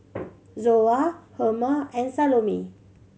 Zoa Herma and Salome